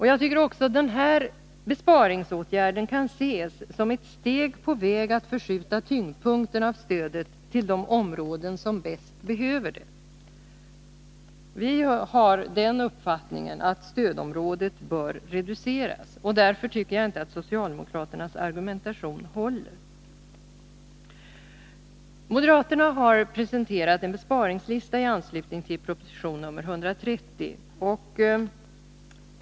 Jag tycker också att den här besparingsåtgärden kan ses som ett steg på vägen att förskjuta tyngdpunkten av stödet till de områden som bäst behöver det. Vi har den uppfattningen att stödområdet bör reduceras, och därför tycker jag inte att socialdemokraternas argumentation håller. Moderaterna har presenterat en besparingslista i anslutning till proposition nr 130.